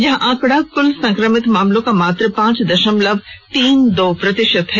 यह आंकड़ा कुल संक्रमित मामलों का मात्र पांच दशमलव तीन दो प्रतिशत है